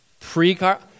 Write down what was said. Pre-car